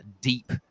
deep